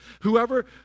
whoever